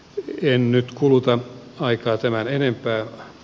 en nyt kuluta aikaa tämän enempää